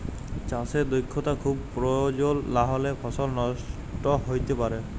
চাষে দক্ষতা খুব পরয়োজল লাহলে ফসল লষ্ট হ্যইতে পারে